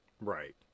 Right